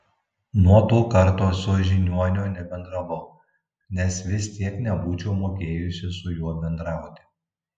nuo to karto su žiniuoniu nebendravau nes vis tiek nebūčiau mokėjusi su juo bendrauti